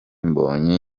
mbonyi